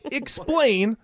explain